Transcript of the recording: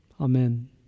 Amen